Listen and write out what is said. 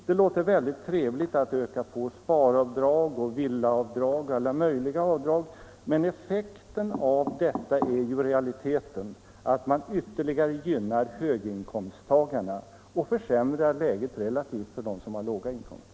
Det låter väldigt trevligt att öka på sparavdrag, villaavdrag och alla möjliga andra avdrag, men effekten av detta blir i realiteten att man ytterligare gynnar höginkomsttagarna och försämrar läget, relativt sett, för dem som har låga inkomster.